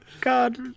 God